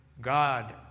God